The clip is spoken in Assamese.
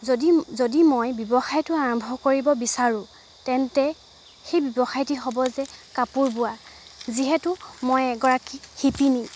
যদি যদি মই ব্যৱসায়টো আৰম্ভ কৰিব বিচাৰোঁ তেন্তে সেই ব্যৱসায়টি হ'ব যে কাপোৰ বোৱা যিহেতু মই এগৰাকী শিপিনী